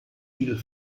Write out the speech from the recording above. riegel